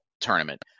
tournament